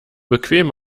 bequem